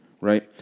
right